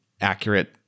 accurate